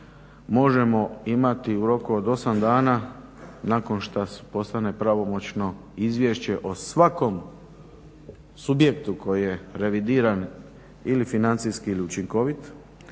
možemo imati u roku od 8 dana nakon što postane pravomoćno izvješće o svakom subjektu koji je revidiran ili financijski ili učinkovit